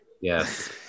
Yes